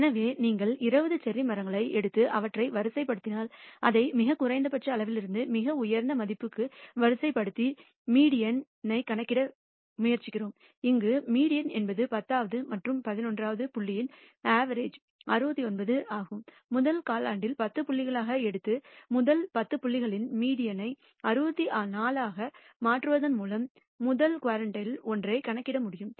எனவே நீங்கள் 20 செர்ரி மரங்களை எடுத்து அவற்றை வரிசைப்படுத்தினால் அதை மிகக் குறைந்தபட்ச அளவிலிருந்து மிக உயர்ந்த மதிப்புக்கு வரிசைப்படுத்தி மீடியன் ஐ கணக்கிட முயற்சிக்கிறோம் இங்கு மீடியன் என்பது பத்தாவது மற்றும் பதினொன்றாவது புள்ளியின் ஆவரேஜ் 69 ஆகும் முதல் குரண்டில் 10 புள்ளிகளாக எடுத்து முதல் 10 புள்ளிகளின் மீடியன் ஐ 64 ஆக மாற்றுவதன் மூலம் காலாண்டு ஒன்றை கணக்கிட முடியும்